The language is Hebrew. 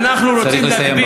אתה צריך לסיים,